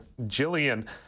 Jillian